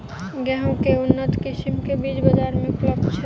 गेंहूँ केँ के उन्नत किसिम केँ बीज बजार मे उपलब्ध छैय?